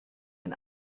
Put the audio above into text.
ein